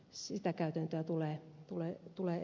sitä käytäntöä tulee edelleen jatkaa